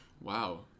Wow